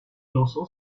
dorsal